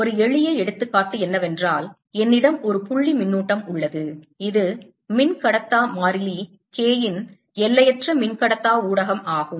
ஒரு எளிய எடுத்துக்காட்டு என்னவென்றால் என்னிடம் ஒரு புள்ளி மின்னூட்டம் உள்ளது இது மின்கடத்தா மாறிலி K இன் எல்லையற்ற மின்கடத்தா ஊடகம் ஆகும்